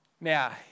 Now